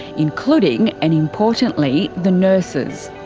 including, and importantly, the nurses.